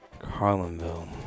Carlinville